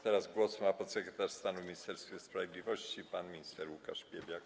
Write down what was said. Teraz głos ma podsekretarz stanu w Ministerstwie Sprawiedliwości pan minister Łukasz Piebiak.